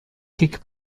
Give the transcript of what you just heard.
kick